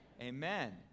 Amen